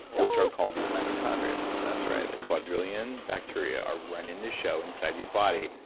which are called your mitochondria. that's right, a quadrillion bacteria are running the show inside your body.